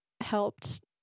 helped